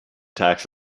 tax